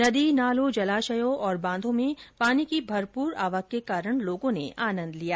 नदी नालों जलाशय और बांधों में पानी की भरपुर आवक के कारण लोगों ने आनंद लिया